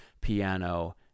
piano